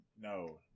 No